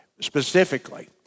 specifically